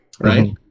Right